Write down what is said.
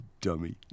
Dummy